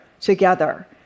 together